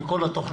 עם כל התוכניות,